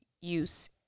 use